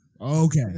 Okay